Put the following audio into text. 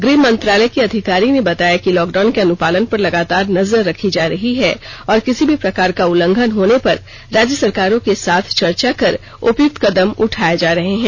गृह मंत्रालय की अधिकारी ने बताया कि लॉकडाउन के अनुपालन पर लगातार नजर रखी जा रही है और किसी भी प्रकार का उल्लघंन होने पर राज्य सरकारों के साथ चर्चा कर उपयुक्त कदम उठाए जा रहे हैं